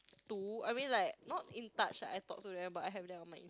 two I mean like not in touch ah I talk to them but I have them on my